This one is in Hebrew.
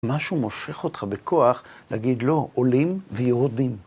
משהו מושך אותך בכוח להגיד לו, עולים ויורדים.